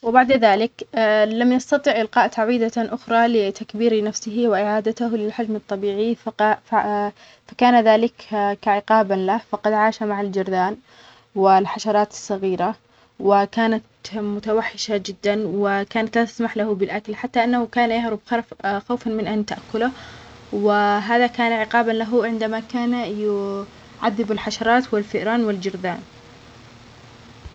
وبعد ذلك لم يستطع إعطاء تعويذة أخرى لتكبير نفسه وإعادته للحجم الطبيعي، ف فكان ذلك كعقابًا له، فقد عاش مع الجرذان والحشرات الصغيرة وكانت متوحشة جدًا وكانت لا تسمح له بالأكل حتى أنه كان يهرب خرف- خوفًا من أن تأكله، وهذا كان عقابًا له عندما كان يو -يعذب الحشرات والفئران والجرذان.